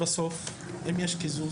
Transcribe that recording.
למי יש קיזוז?